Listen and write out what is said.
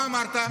מה אמרת?